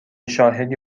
شاهدی